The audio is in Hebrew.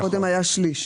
קודם היה שליש.